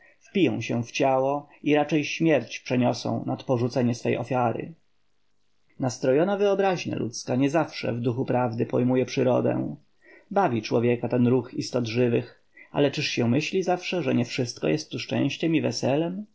wpiją się w ciało i raczej śmierć przeniosą nad porzucenie swej ofiary nastrojona wyobraźnia ludzka nie zawsze w duchu prawdy pojmuje przyrodę bawi człowieka ten ruch istot żywych ale czyż się myśli zawsze że nie wszystko tu jest szczęściem i weselem